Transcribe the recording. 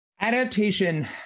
Adaptation